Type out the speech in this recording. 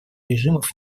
режимов